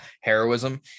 heroism